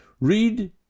Read